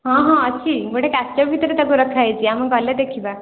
ହଁ ହଁ ଅଛି ଗୋଟେ କାଚ ଭିତରେ ତାକୁ ରଖାହେଇଛି ଆମେ ଗଲେ ଦେଖିବା